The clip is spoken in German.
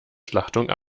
schlachtung